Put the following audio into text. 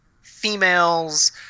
females